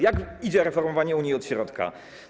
Jak idzie reformowanie Unii od środka?